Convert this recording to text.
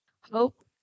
Hope